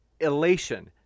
elation